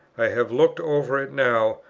i have looked over it now,